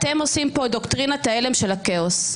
אתם עושים פה את דוקטרינת ההלם של הכאוס.